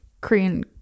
Korean